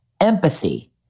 empathy